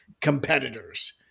competitors